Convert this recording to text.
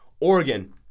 Oregon